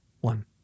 One